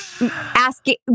asking